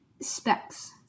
specs